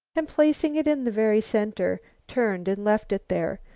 and placing it in the very center, turned and left it there.